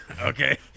Okay